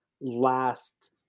last